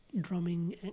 Drumming